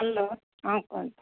hello ହଁ କୁହନ୍ତୁ